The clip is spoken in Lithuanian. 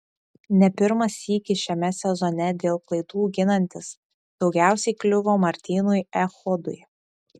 ne pirmą sykį šiame sezone dėl klaidų ginantis daugiausiai kliuvo martynui echodui